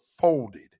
folded